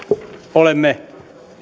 olemme